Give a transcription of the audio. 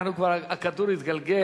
הכדור כבר התגלגל.